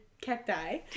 Cacti